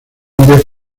indias